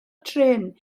trên